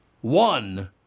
one